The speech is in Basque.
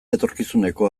etorkizuneko